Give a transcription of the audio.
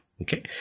Okay